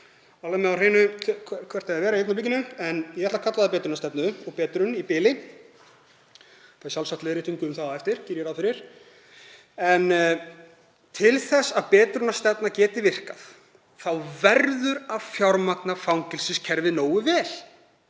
alveg með á hreinu hvert á að vera í augnablikinu, en ég ætla að kalla það betrunarstefnu og betrun í bili. Ég fæ sjálfsagt leiðréttingu um það á eftir, geri ég ráð fyrir. En til þess að betrunarstefna geti virkað þá verður að fjármagna fangelsiskerfið nógu vel.